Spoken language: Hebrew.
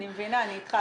אני מבינה, אני איתך.